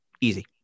Easy